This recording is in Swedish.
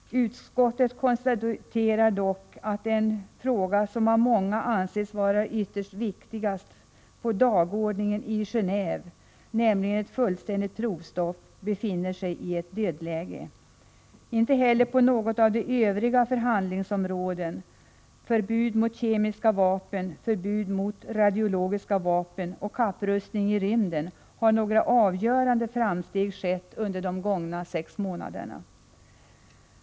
Utskottet konstaterar dock att förhandlingarna om den fråga som av många anses vara viktigast på dagordningen i Genåve, nämligen ett fullständigt provstopp, befinner sig i ett dödläge. Inte heller på något av de övriga förhandlingsområdena — förbud mot kemiska vapen, förbud mot radiologiska vapen och kapprustningen i rymden — har några avgörande framsteg gjorts under de gångna sex månaderna.